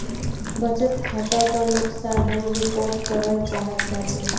बचत खाता पर नुकसान हम रिपोर्ट करल चाहत बाटी